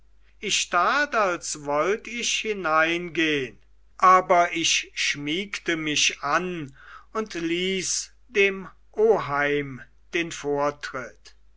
ich tat als wollt ich hineingehn aber ich schmiegte mich an und ließ dem oheim den vortritt